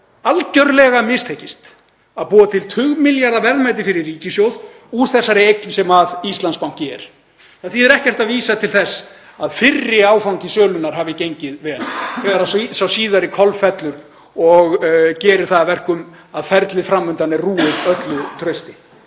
algerlega mistekist að búa til tugmilljarða verðmæti fyrir ríkissjóð úr þessari eign sem Íslandsbanki er. Það þýðir ekkert að vísa til þess að fyrri áfangi sölunnar hafi gengið vel þegar sá síðari kolfellur og gerir það að verkum að ferlið fram undan er rúið öllu trausti.